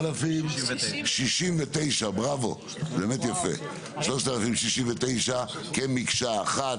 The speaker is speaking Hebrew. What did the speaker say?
3,069 בראבו באמת יפה, 3,069 כמקשה אחת.